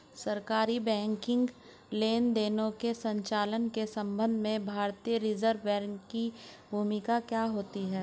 सरकारी बैंकिंग लेनदेनों के संचालन के संबंध में भारतीय रिज़र्व बैंक की भूमिका क्या होती है?